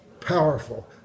powerful